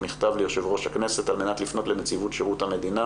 מכתב ליושב-ראש הכנסת על מנת לפנות לנציבות שירות המדינה